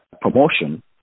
promotion